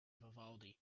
vivaldi